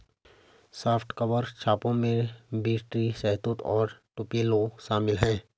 soft cover छापों में beech tree, शहतूत और टुपेलो शामिल है